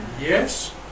Yes